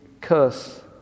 curse